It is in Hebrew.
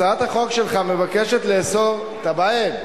הצעת החוק שלך מבקשת לאסור, טיבייב,